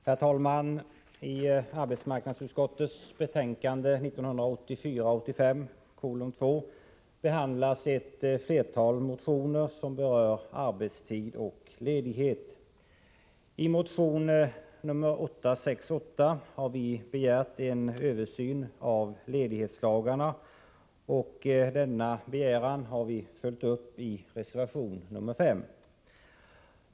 Herr talman! I arbetsmarknadsutskottets betänkande 1984/85:2 behandlas ett flertal motioner som berör arbetstid och ledighet. I motion nr 868 har vi begärt en översyn av ledighetslagarna, och denna begäran har vi följt upp i reservation nr 5.